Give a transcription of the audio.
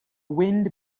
wind